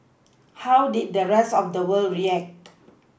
how did the rest of the world react